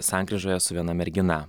sankryžoje su viena mergina